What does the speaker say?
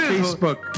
Facebook